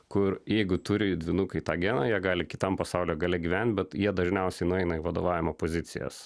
kur jeigu turi dvynukai tą geną jie gali kitam pasaulio gale gyvent bet jie dažniausiai nueina į vadovavimo pozicijas